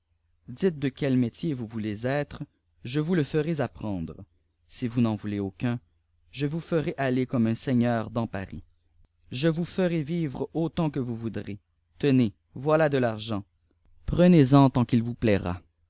dites de quel métier vous voulez être je vous le ferai apprendre si vous n'en voulez aucun je vous ferai aller comme un seigneur dans paris je vous ferai vivre autaiit que vous voudreï tenez voilà de l'argent prenez-en tant qu'il vote des visions plaira